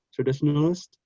traditionalist